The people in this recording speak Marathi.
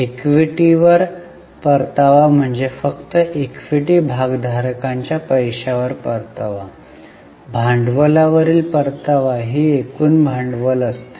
इक्विटी पर परतावा म्हणजे फक्त इक्विटी भागधारकांच्या पैशावर परतावा भांडवलावरील परतावा ही एकूण भांडवल असते